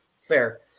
Fair